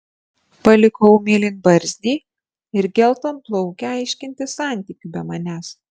palikau mėlynbarzdį ir geltonplaukę aiškintis santykių be manęs